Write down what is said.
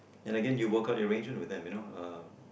and again you work up your range with them you know uh